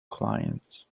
clients